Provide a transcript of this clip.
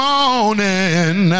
morning